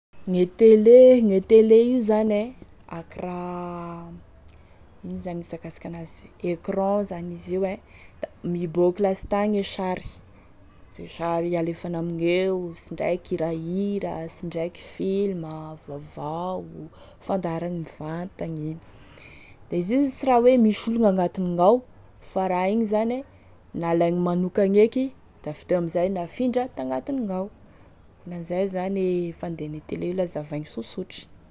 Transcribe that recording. Gne télé gne télé io zany e, akoraha ino e fizakasika an'azy, écran zany izy io e, da miboaky lastagne e sary, ze sary alefany amigneo, sy ndraiky hirahira, sy ndraiky filma, vaovao, fandaharagny mivantagny, da izy io zany sy raha hoe misy olo agnatine ao fa e raha igny zany e nalaigny manokagny eky da avy teo amzay nafindra tagnatiny amignao, ankonan'izay zany e fandehany e télé la hazavaigny sosotry.